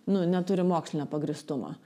nu neturi mokslinio pagrįstumo